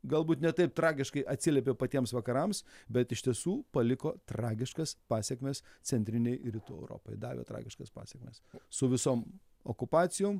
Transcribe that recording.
galbūt ne taip tragiškai atsiliepė patiems vakarams bet iš tiesų paliko tragiškas pasekmes centrinei rytų europai davė tragiškas pasekmes su visom okupacijom